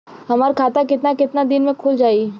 हमर खाता कितना केतना दिन में खुल जाई?